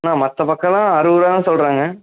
அண்ணா மற்ற பக்கமெல்லாம் அறுபது ரூபாதான் சொல்கிறாங்க